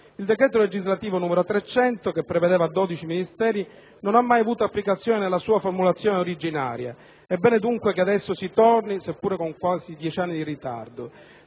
Il decreto legislativo n. 300, che prevedeva 12 Ministeri, non ha mai avuto applicazione nella sua formulazione originaria. É bene dunque che adesso si torni, seppure con quasi dieci anni di ritardo.